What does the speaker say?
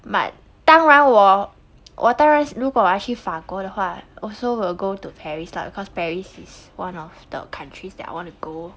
but 当然我我当然如果我要去法国的话 also will go to paris lah because paris is one of the countries that I want to go